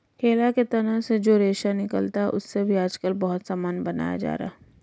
केला के तना से जो रेशा निकलता है, उससे भी आजकल बहुत सामान बनाया जा रहा है